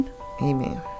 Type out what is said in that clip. Amen